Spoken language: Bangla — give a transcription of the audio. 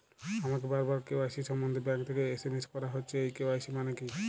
আমাকে বারবার কে.ওয়াই.সি সম্বন্ধে ব্যাংক থেকে এস.এম.এস করা হচ্ছে এই কে.ওয়াই.সি মানে কী?